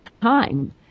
time